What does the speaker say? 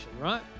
right